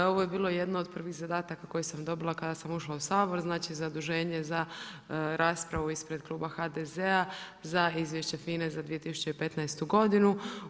Ovo je bilo jedno od prvih zadataka koji sam dobila kada sam ušla u Sabor znači zaduženje za raspravu ispred kluba HDZ-a za izvješće FINA-e za 2015. godinu.